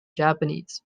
japanese